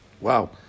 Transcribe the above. Wow